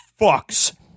fucks